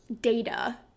data